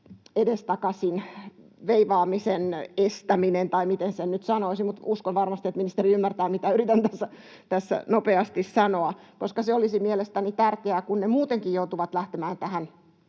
edestakaisin veivaamisen estäminen? Tai miten sen nyt sanoisi — uskon, että ministeri varmasti ymmärtää, mitä yritän tässä nopeasti sanoa. Se olisi mielestäni tärkeää, kun ne muutenkin joutuvat lähtemään tähän